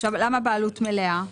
עכשיו למה בעלות מלאה?